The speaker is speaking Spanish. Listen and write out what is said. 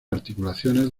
articulación